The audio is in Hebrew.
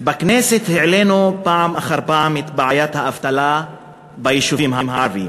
בכנסת העלינו פעם אחר פעם את בעיית האבטלה ביישובים הערביים